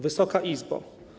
Wysoka Izbo!